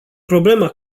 problema